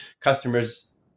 customers